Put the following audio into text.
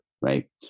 right